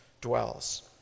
dwells